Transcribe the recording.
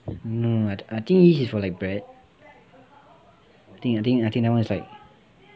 no I I think yeast is for like bread I think I think I think that [one] is like